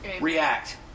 React